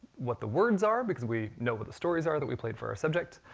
what the words are, because we know what the stories are that we played for our subject.